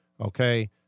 Okay